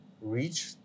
reach